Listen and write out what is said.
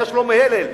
היה שלמה הלל,